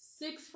six